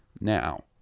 Now